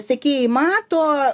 sekėjai mato